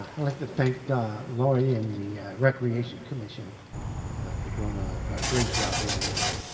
i'd like to thank laurie and the recreation commission for doing a great job every year.